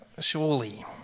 surely